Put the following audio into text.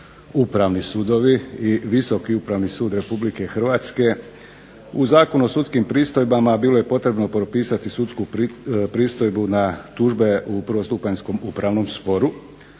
upravni sudovi i Visoki upravni sud RH u Zakonu o sudskim pristojbama bilo je potrebno propisati sudsku pristojbu na tužbe u prvostupanjskom upravnom sporu